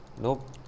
Nope